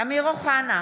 אמיר אוחנה,